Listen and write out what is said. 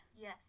Yes